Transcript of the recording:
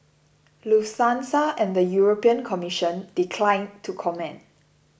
Lufthansa and the European Commission declined to comment